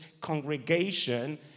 congregation